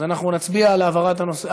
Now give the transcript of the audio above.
אז אנחנו נצביע על העברת הנושא.